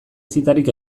zitarik